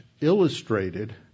illustrated